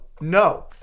No